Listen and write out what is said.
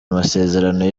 amasezerano